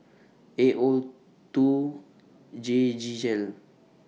A O two G G L